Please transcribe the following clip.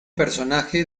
personaje